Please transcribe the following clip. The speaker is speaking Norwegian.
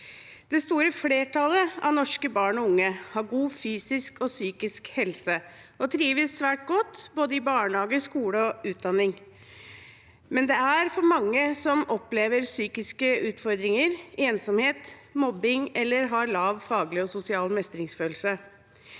Det store flertallet av norske barn og unge har god fysisk og psykisk helse og trives svært godt i både barnehage, skole og utdanning, men det er for mange som opplever psykiske utfordringer, ensomhet, mobbing eller har lav faglig og sosial mestringsfølelse.